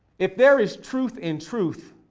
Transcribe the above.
if there is truth in truth